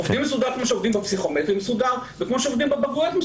כמו שעובדים מסודר בפסיכומטרי וכמו שעובדים מסודר בבגרויות.